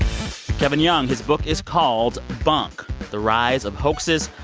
kevin young. his book is called, bunk the rise of hoaxes,